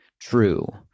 true